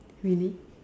really